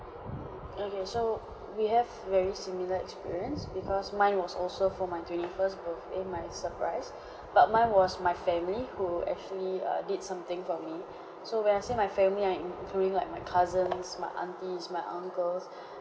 okay so we have very similar experience because mine was also for my twenty-first birthday my surprise but mine was my family who actually err did something for me so when I say my family I'm including like my cousins my aunties my uncles